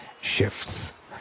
shifts